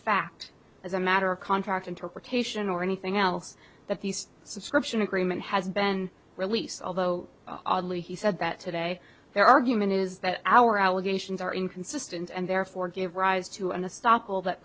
fact as a matter of contract interpretation or anything else that these subscription agreement has been released although oddly he said that today their argument is that our allegations are inconsistent and therefore give rise to an a stoppel that